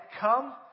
come